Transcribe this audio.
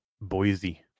Boise